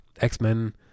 X-Men